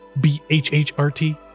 B-H-H-R-T